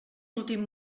últim